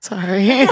Sorry